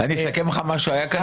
אסכם לך מה שהיה כאן?